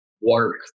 work